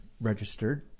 registered